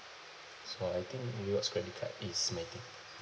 so I think rewards credit card is my thing